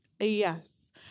yes